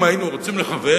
אם היינו רוצים לכוון,